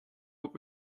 what